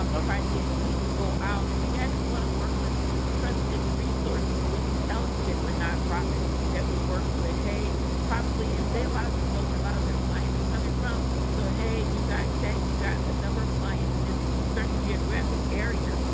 um i'll try to get people to go out and we actually want to work with trusted resources so we can tell a particular nonprofit that we're working with hey probably and they a lot of them know where a lot of their clients are coming from so hey you got to check, you got a number of clients in this certain geographic area,